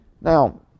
now